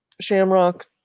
Shamrock